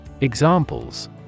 Examples